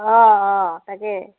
অঁ অঁ তাকেই